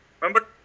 Remember